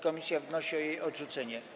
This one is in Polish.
Komisja wnosi o jej odrzucenie.